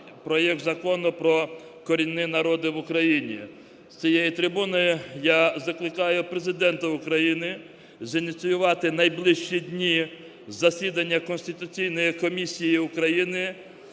проект Закону про корінні народи в Україні. З цієї трибуну я закликаю Президента України зініціювати у найближчі дні засідання Конституційної комісії України,